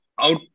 out